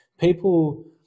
people